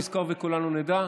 כדי שכולנו נזכור וכולנו נדע,